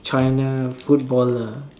China footballer